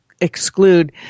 exclude